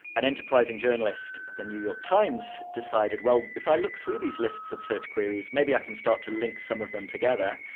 an enterprising journalist at the new york times decided, well if i look through these lists of search queries, maybe i can start to link some of them together,